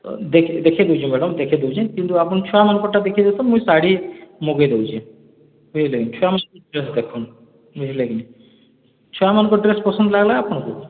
ଦେଖେଇ ଦେଉଛେଁ ମ୍ୟାଡ଼ାମ୍ ଦେଖେଇ ଦେଉଛେ କିନ୍ତୁ ଆପଣ୍ ଛୁଆମାନଙ୍କର୍ ଟା ଦେଖି ଦେଉନ୍ ମୁଇଁ ଶାଢ଼ୀ ମଗେଇ ଦେଉଛେଁ ବୁଝ୍ଲେ କି ଛୁଆମାନଙ୍କର୍ ଡ଼୍ରେସ୍ ଦେଖୁନ୍ ବୁଝ୍ଲେ କି ଛୁଆମାନଙ୍କର୍ ଡ଼୍ରେସ୍ ପସନ୍ଦ୍ ଲାଗ୍ଲା ଆପଣ୍ଙ୍କୁ